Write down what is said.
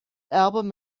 album